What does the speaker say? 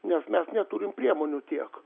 nes mes neturim priemonių tiek